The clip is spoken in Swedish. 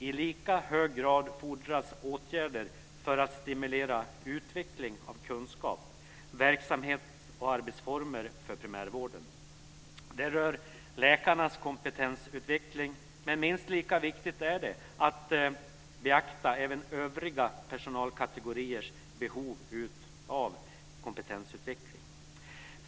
I lika hög grad fordras åtgärder för att stimulera utveckling av kunskap och verksamhets och arbetsformer för primärvården. Det rör läkarnas kompetensutveckling, men minst lika viktigt är det att beakta även övriga personalkategoriers behov av kompetensutveckling.